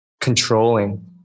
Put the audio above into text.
controlling